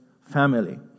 family